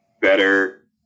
better